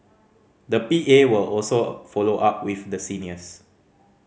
the P A will also follow up with the seniors